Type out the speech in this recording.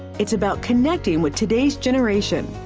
it's about connecting with today's generation.